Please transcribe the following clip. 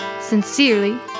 Sincerely